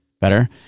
Better